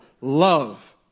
love